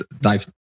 dive